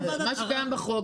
מה שקיים בחוק.